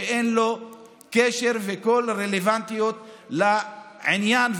שאין לו קשר וכל רלוונטיות לעניין,